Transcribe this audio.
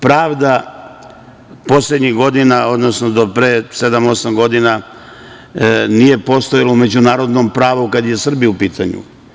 Pravda poslednjih godina, odnosno do pre sedam, osam godina nije postojala u međunarodnom pravu kad je Srbija u pitanju.